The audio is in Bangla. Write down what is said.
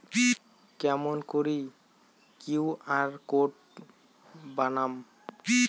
কেমন করি কিউ.আর কোড বানাম?